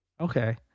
okay